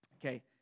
Okay